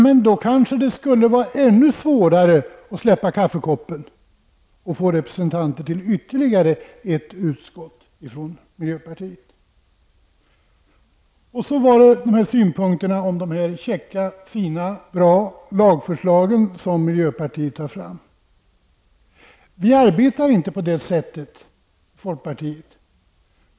Men då kanske det skulle vara ännu svårare att släppa kaffekoppen och få fram representanter från miljöpartiet till ytterligare ett utskott. Sedan kommer det synpunkter på de käcka, fina och bra lagförslag som miljöpartiet lagt fram. Vi arbetar inte på det sättet i folkpartiet.